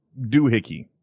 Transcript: doohickey